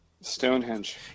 Stonehenge